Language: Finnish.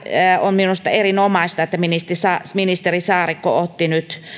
on minusta erinomaista että ministeri saarikko otti nyt